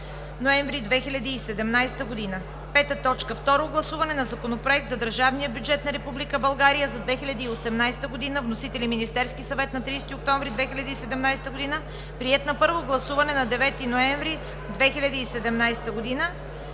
ноември 2017 г. 5. Второ гласуване на Законопроекта за държавния бюджет на Република България за 2018 г. Вносител: Министерският съвет на 30 октомври 2017 г. и приет на първо гласуване на 9 ноември 2017 г.